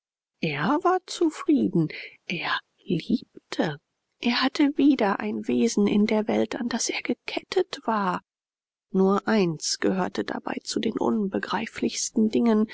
er war zufrieden er liebte er hatte wieder ein wesen in der welt an das er gekettet war nur eins gehörte dabei zu den unbegreiflichsten dingen